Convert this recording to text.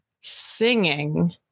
singing